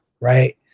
right